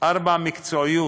4. מקצועיות,